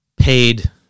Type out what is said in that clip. paid